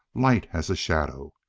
light as a shadow.